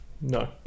No